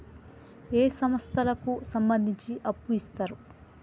ఏ సంస్థలకు సంబంధించి అప్పు ఇత్తరు?